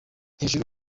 hejuru